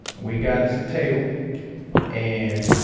we got us a table and